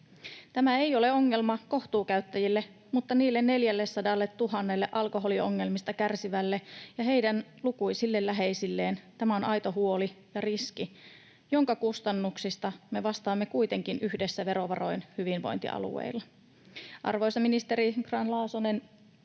Tämä ei ole ongelma kohtuukäyttäjille, mutta niille 400 000 alkoholiongelmista kärsivälle ja heidän lukuisille läheisilleen tämä on aito huoli ja riski, joiden kustannuksista me vastaamme kuitenkin yhdessä verovaroin hyvinvointialueilla. Arvoisa ministeri Grahn-Laasonen,